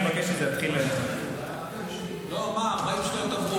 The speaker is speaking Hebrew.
אדוני היו"ר,